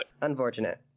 Unfortunate